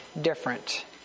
different